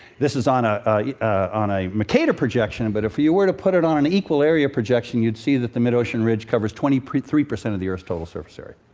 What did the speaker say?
this is on ah on a mercator projection. but if you were to put it on an equal area projection, you'd see that the mid-ocean ridge covers twenty three percent of the earth's total surface area.